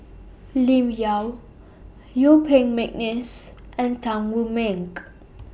Lim Yau Yuen Peng Mcneice and Tan Wu Meng